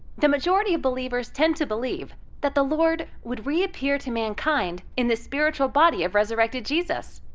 the majority of believers tend to believe that the lord would reappear to mankind in the spiritual body of resurrected jesus,